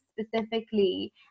specifically